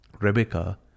Rebecca